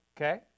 Okay